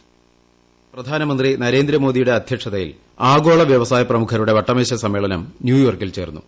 voice പ്രധാനമന്ത്രി നരേന്ദ്രമോദിയുടെ അദ്ധ്യക്ഷതയിൽ ആഗോള വ്യവസായ പ്രമുഖരുടെവട്ടമേശ സമ്മേളനം ന്യൂയോർക്കിൽചേർന്നു